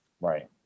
Right